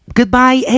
Goodbye